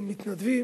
או מתנדבים